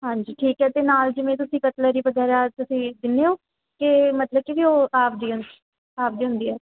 ਹਾਂਜੀ ਠੀਕ ਹੈ ਅਤੇ ਨਾਲ ਜਿਵੇਂ ਤੁਸੀਂ ਕਟਲੇਰੀ ਵਗੈਰਾ ਤੁਸੀਂ ਦਿੰਦੇ ਹੋ ਕਿ ਮਤਲਬ ਕਹਿੰਦੇ ਉਹ ਆਪਦੀਆਂ ਆਪਦੀ ਹੁੰਦੀ ਹੈ